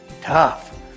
tough